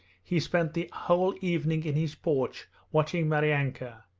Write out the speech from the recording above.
he spent the whole evening in his porch watching maryanka,